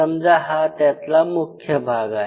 समजा हा त्यातला मुख्य भाग आहे